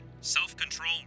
Self-control